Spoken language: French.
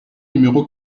numéro